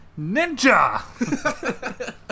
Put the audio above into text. Ninja